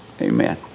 amen